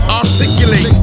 articulate